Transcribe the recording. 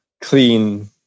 clean